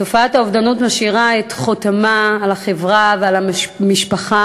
תופעת האובדנות משאירה את חותמה על החברה ועל המשפחה,